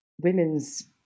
women's